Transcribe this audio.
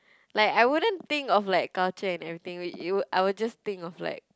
like I wouldn't think of like culture and everything you I would just think of like